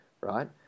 right